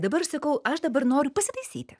dabar sakau aš dabar noriu pasitaisyti